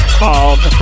called